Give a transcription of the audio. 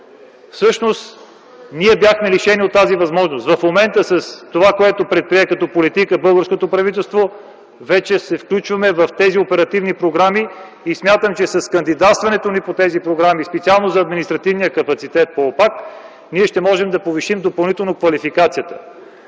всъщност ние бяхме лишени от тази възможност. В момента, с това, което предприе като политика, българското правителство, вече се включваме в тези оперативни програми и смятам, че с кандидатстването ни по тези програми, специално за „Административен капацитет” по ОПАК, ние ще можем да повишим допълнително квалификацията